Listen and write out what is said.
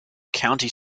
county